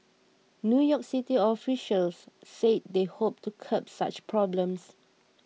New York City officials said they hoped to curb such problems